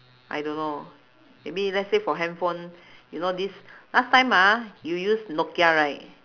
I don't know maybe let's say for handphone you know this last time ah you use nokia right